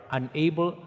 unable